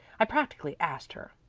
i practically asked her.